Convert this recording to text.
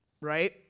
right